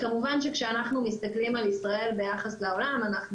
כמובן שכשאנחנו מסתכלים על ישראל ביחס לעולם אנחנו